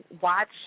watch